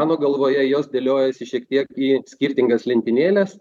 mano galvoje jos dėliojasi šiek tiek į skirtingas lentynėles